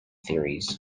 theories